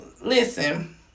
listen